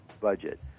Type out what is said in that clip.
budget